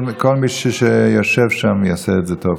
כל מי שיושב שם יעשה את זה טוב.